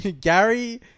Gary